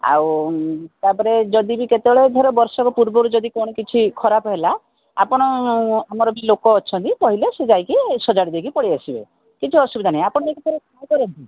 ଆଉ ତା'ପରେ ଯଦି ବି କେତେବେଳେ ଧର ବର୍ଷକ ପୂର୍ବରୁ ଯଦି କ'ଣ କିଛି ଖରାପ ହେଲା ଆପଣ ଆମର ବି ଲୋକ ଅଛନ୍ତି କହିଲେ ସେ ଯାଇକି ସଜାଡ଼ି ଦେଇକି ପଳାଇ ଆସିବେ କିଛି ଅସୁବିଧା ନାହିଁ ଆପଣ ଯାଇକି ଥରେ ଟ୍ରାଏ କରନ୍ତୁ